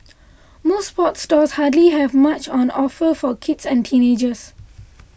most sports stores hardly have much on offer for kids and teenagers